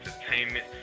Entertainment